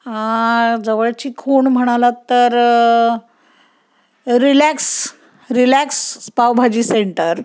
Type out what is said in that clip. जवळची खूण म्हणालात तर रिलॅक्स रिलॅक्स पावभाजी सेंटर